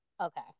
Okay